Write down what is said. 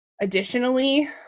additionally